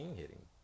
hitting